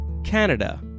Canada